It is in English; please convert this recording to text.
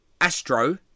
Astro